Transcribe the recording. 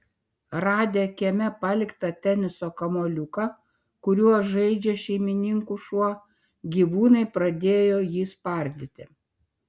radę kieme paliktą teniso kamuoliuką kuriuo žaidžia šeimininkų šuo gyvūnai pradėjo jį spardyti